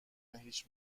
هیچ